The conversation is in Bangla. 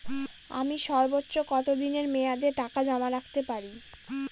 আমি সর্বোচ্চ কতদিনের মেয়াদে টাকা জমা রাখতে পারি?